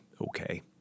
okay